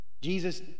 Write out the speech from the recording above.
Jesus